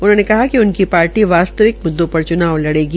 उन्होंने कहा कि उनकी पार्टी वास्तविक मुददों पर च्नाव लड़ेगी